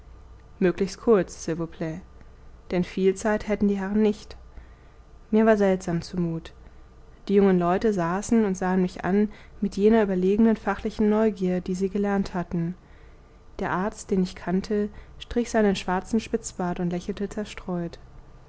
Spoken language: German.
möglichst kurz s'il vous plat denn viel zeit hätten die herren nicht mir war seltsam zumut die jungen leute saßen und sahen mich an mit jener überlegenen fachlichen neugier die sie gelernt hatten der arzt den ich kannte strich seinen schwarzen spitzbart und lächelte zerstreut